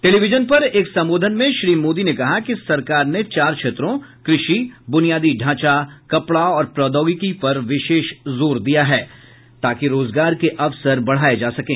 television पर एक संबोधन में श्री मोदी ने कहा कि सरकार ने चार क्षेत्रों कृषि बुनियादी ढ़ांचा कपडा और प्रौद्योगिकी पर विशेष जोर दिया है ताकि रोजगार के अवसर बढ़ाए जा सकें